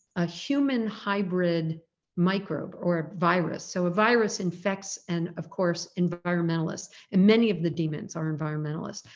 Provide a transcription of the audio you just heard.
a human hybrid microbe or a virus. so a virus infects, and of course environmentalists and many of the demons are environmentalists.